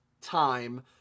time